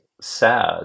sad